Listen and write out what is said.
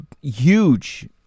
huge